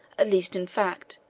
at least in fact,